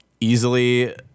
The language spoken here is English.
Easily